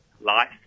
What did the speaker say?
Life